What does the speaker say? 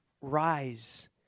Rise